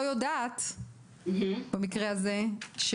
אז צריך לעקוב על הדבר הזה מאוד מאוד מקרוב.